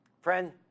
Friend